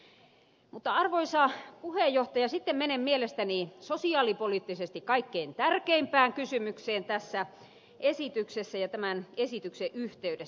mutta arvoisa puhemies sitten menen mielestäni sosiaalipoliittisesti kaikkein tärkeimpään kysymykseen tässä esityksessä ja tämän esityksen yhteydessä